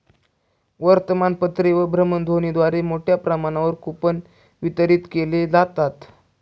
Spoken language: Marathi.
वर्तमानपत्रे व भ्रमणध्वनीद्वारे मोठ्या प्रमाणावर कूपन वितरित केले जातात